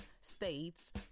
states